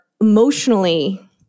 emotionally